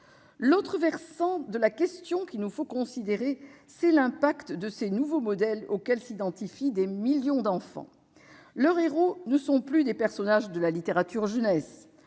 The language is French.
L'autre versant de la question qu'il nous faut considérer, c'est l'impact de ces nouveaux modèles auxquels s'identifient des millions d'enfants. Leurs héros ne sont plus des personnages de la littérature pour